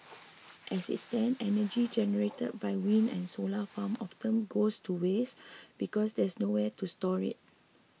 as it stand energy generated by wind and solar farms often goes to waste because there's nowhere to store it